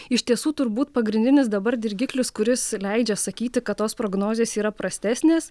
iš tiesų turbūt pagrindinis dabar dirgiklis kuris leidžia sakyti kad tos prognozės yra prastesnės